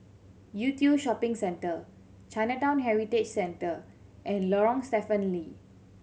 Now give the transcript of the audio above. Yew Tee Shopping Centre Chinatown Heritage Centre and Lorong Stephen Lee